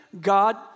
God